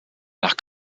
nach